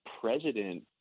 president